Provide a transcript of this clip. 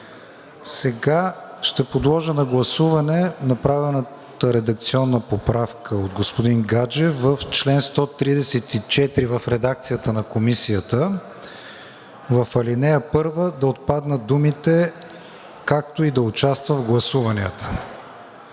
Ще подложа на гласуване направената редакционна поправка от господин Гаджев – в чл. 134, в редакцията на Комисията, в ал. 1 да отпаднат думите „както и да участва в гласуванията“.